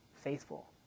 faithful